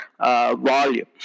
volume